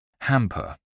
Hamper